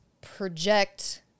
project